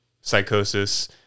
psychosis